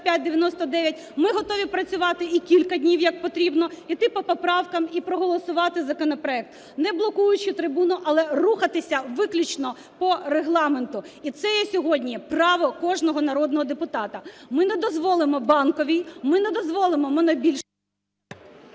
5599 – ми готові працювати і кілька днів, як потрібно, йти по поправках і проголосувати законопроект, не блокуючи трибуну, але рухатися виключно по Регламенту. І це є сьогодні право кожного народного депутата. Ми не дозволимо Банковій, ми не дозволимо монобільшості…